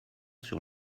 sur